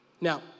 Now